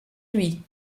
lui